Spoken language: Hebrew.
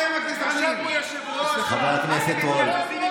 יושב פה יושב-ראש,